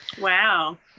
Wow